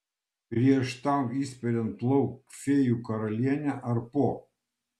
prieš tau išspiriant lauk fėjų karalienę ar po